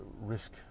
risk